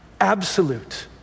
absolute